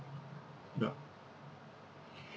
ya